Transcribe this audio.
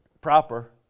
proper